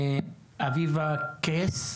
אביבה קיס,